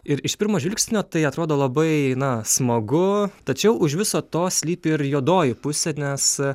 ir iš pirmo žvilgsnio tai atrodo labai na smagu tačiau už viso to slypi ir juodoji pusė nes